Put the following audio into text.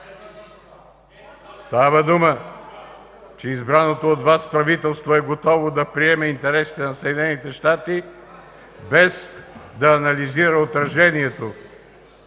Става дума, че избраното от Вас правителство е готово да приеме интересите на Съединените щати, без да анализира отражението